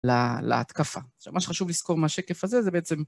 להתקפה. מה שחשוב לזכור מהשקף הזה, זה בעצם...